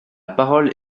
parole